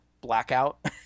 blackout